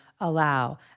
allow